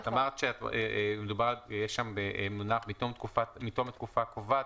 כי שיש שם מונח "מתום התקופה הקובעת",